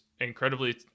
incredibly